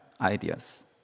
ideas